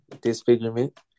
disfigurement